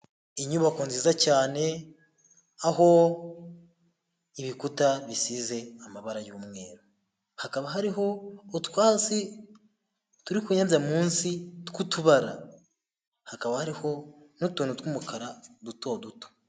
Inyubako nziza cyane aho ibikuta bisize amabara y'umweru. Hakaba hariho utwatsi turi kunyabya munsi tw'utubara, hakaba hariho n'utuntu tw'umukara duto duto.